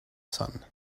sun